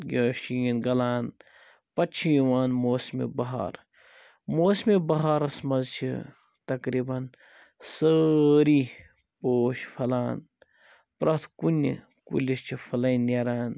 یِہوٚے شیٖن گَلان پَتہٕ چھِ یِوان موسمِ بہار موسمِ بہارَس مَنٛز چھِ تقریباً سٲری پوش پھَلان پرٛٮ۪تھ کُنہ کُلِس چھِ فٕلَے نیران